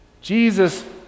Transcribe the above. Jesus